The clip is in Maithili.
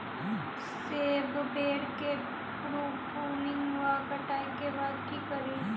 सेब बेर केँ प्रूनिंग वा कटाई केँ बाद की करि?